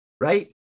right